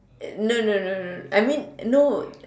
no no no no no I mean no